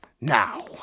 Now